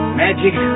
magic